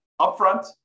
upfront